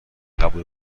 قبول